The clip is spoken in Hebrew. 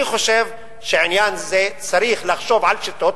אני חושב שבעניין זה צריך לחשוב על שיטות.